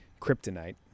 kryptonite